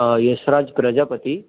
Yash Raj Prajapati